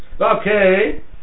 Okay